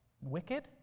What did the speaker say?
wicked